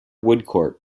woodcourt